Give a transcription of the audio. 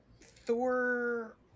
Thor